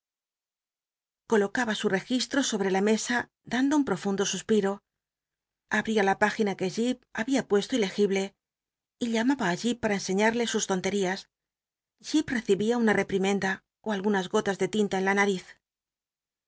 colocaba su tcgistro sobre la mesa dando un prorundo suspiro abl'ia la p igina que jíp habia puesto ilegible y llamaba allí para enseñarle sus tonterías j ip tecibia una rcpl'imenda ó algunas golas de tinta en la nari